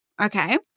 Okay